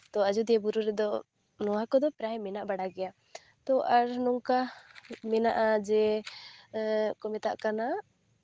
ᱛᱚ ᱟᱡᱳᱫᱤᱭᱟᱹ ᱵᱩᱨᱩ ᱨᱮᱫᱚ ᱱᱚᱣᱟ ᱠᱚᱫᱚ ᱯᱨᱟᱭ ᱢᱮᱱᱟᱜ ᱵᱟᱲᱟ ᱜᱮᱭᱟ ᱛᱚ ᱟᱨ ᱱᱚᱝᱠᱟ ᱢᱮᱱᱟᱜᱼᱟ ᱡᱮ ᱠᱚ ᱢᱮᱛᱟᱜ ᱠᱟᱱᱟ